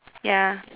ya